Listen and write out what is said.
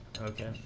Okay